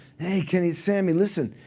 hey, kenny, it's sammy. listen,